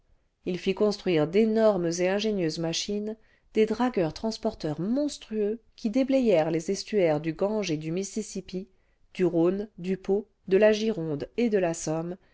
il fit construire d'énormes et ingénieuses machines des dragueurs transports monstrueux qui déblayèrent les estuaires du g ange et du mississipi du rhône du pô de la gironde et de la somme